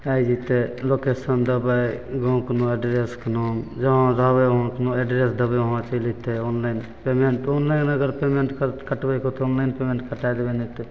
चाहे जइसे लोकेशन देबै गामकेमे एड्रेसके नाम जहाँ रहबै वहाँ कोनो एड्रेस देबै वहाँ चलि अएतै ऑनलाइन पेमेन्ट ऑनलाइन अगर पेमेन्ट कटबैके तऽ ऑनलाइन पेमेन्ट कटा देबै नहि तऽ